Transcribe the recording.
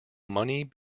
money